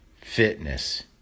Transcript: Fitness